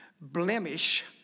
blemish